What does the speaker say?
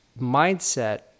mindset